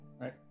Right